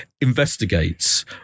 investigates